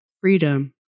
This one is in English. freedom